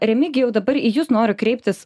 remigijau dabar į jus noriu kreiptis